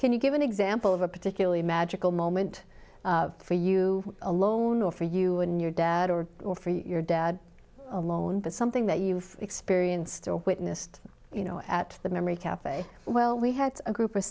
can you give an example of a particularly magical moment for you alone or for you and your dad or or for your dad alone but something that you've experienced or witnessed you know at the memory caf well we had a group of